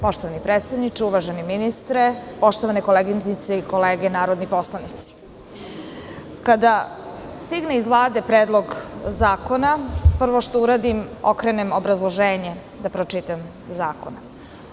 Poštovani predsedniče, uvaženi ministre, poštovane koleginice i kolege narodni poslanici, kada stigne iz Vlade Predlog zakona prvo što uradim okrenem da pročitam obrazloženje.